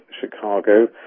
Chicago